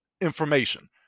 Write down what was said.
information